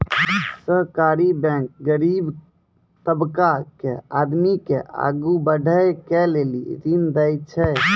सहकारी बैंक गरीब तबका के आदमी के आगू बढ़ै के लेली ऋण देय छै